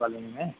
colony में